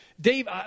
Dave